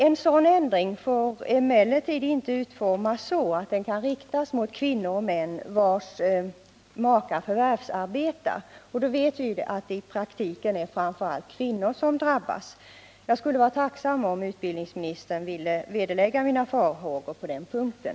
En sådan ändring får emellertid inte utformas så att den kan riktas mot kvinnor och män vars makar förvärvsarbetar. Vi vet att det i praktiken är framför allt kvinnor som drabbas. Jag skulle vara tacksam om utbildningsministern vill vederlägga mina farhågor på den punkten.